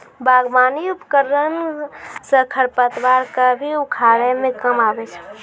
बागबानी उपकरन सँ खरपतवार क भी उखारै म काम आबै छै